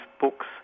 books